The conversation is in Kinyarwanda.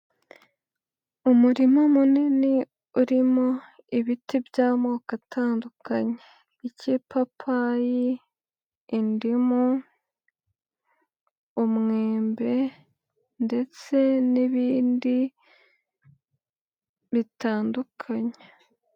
Umurima munini urimo ibiti by'amoko atandukanye, icy'ipapayi, indimu, umwembe ndetse n'ibindi bitandukanye.